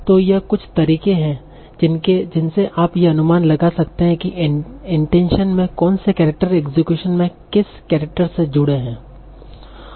तो यह कुछ तरीके हैं जिनसे आप यह अनुमान लगा सकते हैं कि इंटेंशन में कौन से केरेक्टर इक्सक्यूशन में किस केरेक्टर से जुड़े हैं